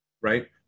right